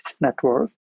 network